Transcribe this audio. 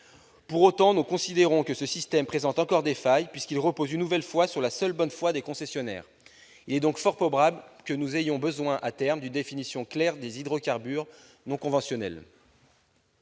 Pour autant, nous considérons que ce système présente encore des failles, puisqu'il repose une nouvelle fois sur la seule bonne foi des concessionnaires. Il est donc fort probable que nous ayons besoin à terme d'établir une définition claire des hydrocarbures non conventionnels.